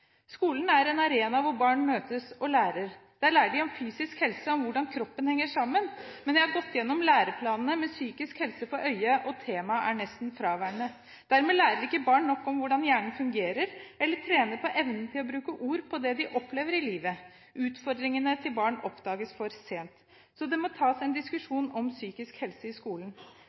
Skolen er en arena hvor barn møtes, og lærer. Der lærer de om fysisk helse, og om hvordan kroppen henger sammen, men jeg har gått igjennom læreplanene med psykisk helse for øye, og temaet er nesten fraværende. Dermed lærer ikke barn nok om hvordan hjernen fungerer, eller trener på evnen til å sette ord på det de opplever i livet. Utfordringene til barn oppdages for sent. Så det må tas en diskusjon om psykisk helse i skolen.